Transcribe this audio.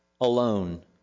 alone